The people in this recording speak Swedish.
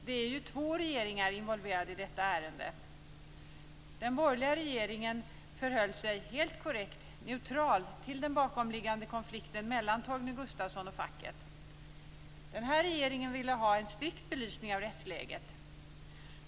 Det är två regeringar involverade i detta ärende. Den borgerliga regeringen förhöll sig, helt korrekt, neutral till den bakomliggande konflikten mellan Torgny Gustafsson och facket. Den här regeringen ville ha en strikt belysning av rättsläget.